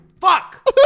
fuck